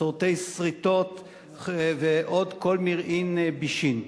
סורטי סריטות ועוד כל מרעין בישין.